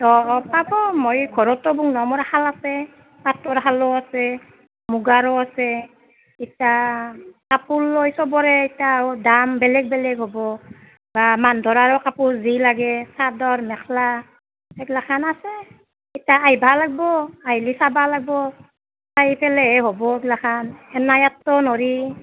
অঁ অঁ পাব মই ঘৰতো মোৰ নামৰ শাল আছে পাটৰ শালো আছে মুগাৰো আছে ইতা কাপোৰ লৈ চবৰে ইতা আৰু দাম বেলেগ বেলেগ হ'ব বা মান ধৰাৰো কাপোৰ যি লাগে চাদৰ মেখলা সেইগিলাখান আছে ইতা আহিব লাগিব আহিলে চাব লাগিব চাই পেলাইহে হ'ব এগলাখান এনায়েতটো নৰি